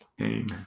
Amen